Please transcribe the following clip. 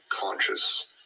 conscious